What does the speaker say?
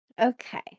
Okay